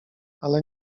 ale